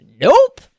Nope